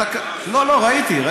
ראיתי.